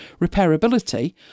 repairability